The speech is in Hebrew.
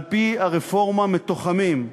על-פי הרפורמה, מתוחמים.